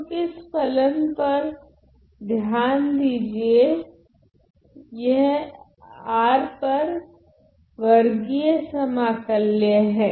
तो किसी फलन पर ध्यान दीजिए यह R पर वर्गीय समाकल्य हैं